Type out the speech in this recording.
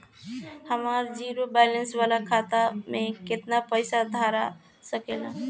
हमार zero balance वाला खतवा म केतना पईसा धरा सकेला?